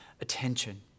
attention